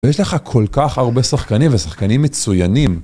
ויש לך כל כך הרבה שחקנים ושחקנים מצוינים.